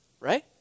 Right